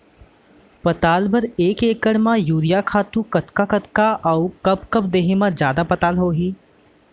पताल बर एक एकड़ म यूरिया खातू कतका कतका अऊ कब कब देहे म जादा पताल होही?